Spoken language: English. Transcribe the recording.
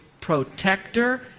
protector